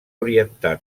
orientar